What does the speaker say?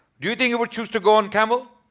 do you think he would choose to go on camel?